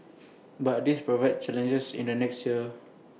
but this proved challenges in the next years